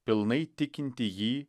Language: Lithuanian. pilnai tikinti jį